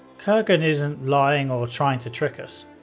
kerghan isn't lying or trying to trick us.